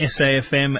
SAFM